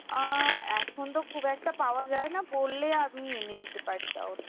এখন তো খুব একটা পাওয়া যায় না বললে আমি এনে দিতে পারি তাও